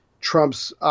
Trump's